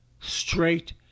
straight